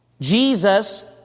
Jesus